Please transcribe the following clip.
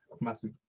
massive